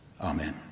Amen